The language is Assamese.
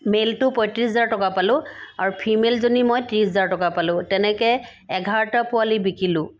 মেলটো পঁয়ত্ৰিছ হাজাৰ টকা পালোঁ আৰু ফিমেলজনী মই ত্ৰিছ হাজাৰ টকা পালোঁ তেনেকৈ এঘাৰটা পোৱালি বিকিলোঁ